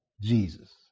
Jesus